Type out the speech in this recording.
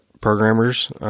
programmers –